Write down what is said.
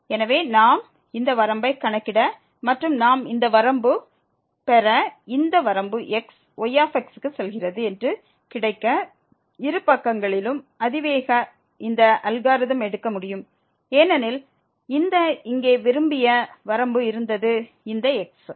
எனவே நாம் இந்த வரம்பை கணக்கிட மற்றும் நாம் இந்த வரம்பை பெற இந்த வரம்பு x yx க்கு செல்கிறது என்று கிடைக்க இரு பக்கங்களிலும் அதிவேக இந்த அல்காரிதம் எடுக்க முடியும் ஏனெனில் இங்கே விரும்பிய வரம்பு இருந்தது இந்த எக்ஸ்